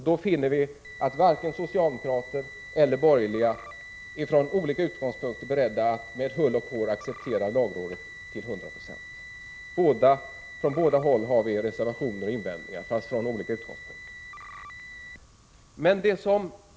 Då finner vi att varken socialdemokraterna eller de borgerliga är beredda att acceptera lagrådet till 100 96. Från båda håll finns det reservationer och invändningar, fastän från olika utgångspunkter.